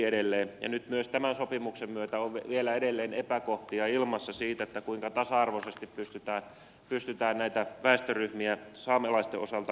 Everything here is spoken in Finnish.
ja nyt myös tämän sopimuksen myötä on edelleen epävarmuutta ilmassa siitä kuinka tasa arvoisesti pystytään näitä väestöryhmiä saamelaisten osalta käsittelemään